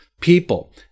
people